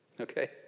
okay